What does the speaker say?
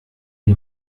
wir